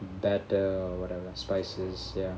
batter or whatever spices ya